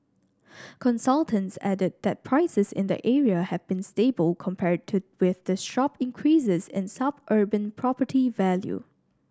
consultants added that prices in the area have been stable compared with the sharp increases in suburban property value